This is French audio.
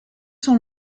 sont